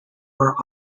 were